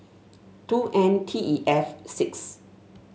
two N T E F six